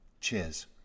Cheers